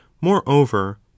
moreover